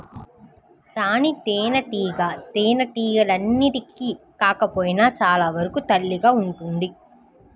రాణి తేనెటీగ తేనెటీగలన్నింటికి కాకపోయినా చాలా వరకు తల్లిగా ఉంటుంది